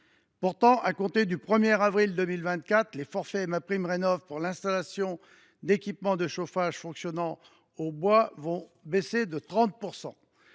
Pourtant, à compter du 1 avril 2024, les forfaits MaPrimeRénov’ pour l’installation d’équipements de chauffage fonctionnant au bois vont baisser de 30 %.